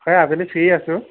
হয় আবেলি ফ্ৰী আছোঁ